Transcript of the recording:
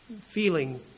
feeling